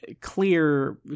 clear